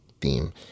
theme